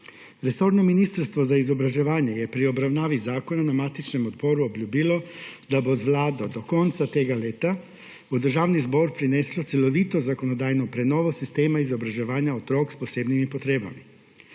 Resorno Ministrstvo za izobraževanje je pri obravnavi zakona na matičnem odboru obljubilo, da bo z Vlado do konca tega leta v Državni zbor prineslo celovito zakonodajno prenovo sistema izobraževanja otrok s posebnimi potrebami.